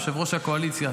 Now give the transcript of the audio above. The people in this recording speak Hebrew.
יושב-ראש הקואליציה,